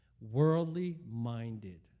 Worldly-minded